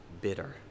bitter